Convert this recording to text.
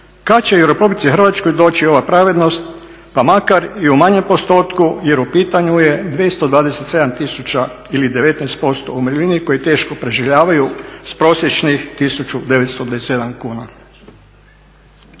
kada će i u Republici Hrvatskoj doći ova pravednost pa makar i u manjem postotku jer u pitanju je 227 tisuća ili 19% umirovljenika koji teško preživljavaju sa prosječnih 1927 kuna.